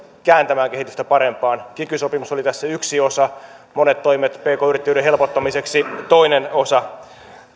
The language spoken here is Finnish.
kääntämään kehitystä parempaan kiky sopimus oli tässä yksi osa monet toimet pk yrittäjyyden helpottamiseksi toinen osa